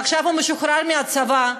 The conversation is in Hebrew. ועכשיו הוא השתחרר מהצבא,